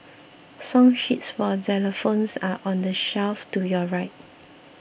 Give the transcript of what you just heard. song sheets for xylophones are on the shelf to your right